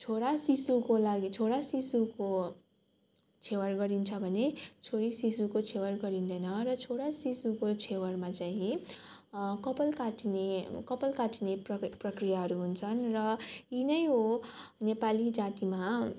छोरा शिशुको लागि छोरा शिशुको छेवार गरिन्छ भने छोरी शिशुको छेवार गरिँदैन र छोरा शिशुको छेवारमा चाहिँ कपाल काटिने कपाल काटिने प्र प्रक्रियाहरू हुन्छन् र यीनै हो नैपाली जातिमा